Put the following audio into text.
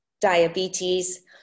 diabetes